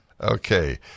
Okay